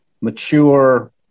mature